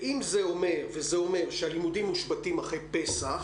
ואם זה אומר וזה אומר שהלימודים מושבתים אחרי פסח,